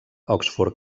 oxford